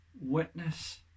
witness